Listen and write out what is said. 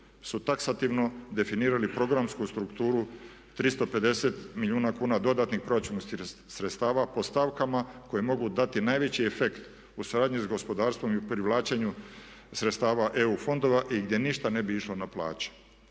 su taksativno definirali programu strukturu 350 milijuna kuna dodatnih proračunskih sredstva po stavkama koje mogu dati najveći efekt u suradnji s gospodarstvom i privlačenju sredstava EU fondova i gdje ništa ne bi išlo na plaću.